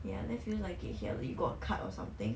ya that feels like it here like you got cut or something